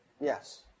Yes